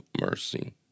mercy